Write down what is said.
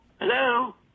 Hello